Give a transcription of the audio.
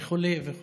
וכו' וכו'.